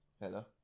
hello